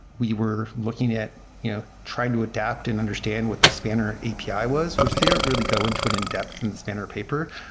we were looking at yeah trying to adapt and understand what the spanner api was, which they don't really go into at in depth in the spanner paper.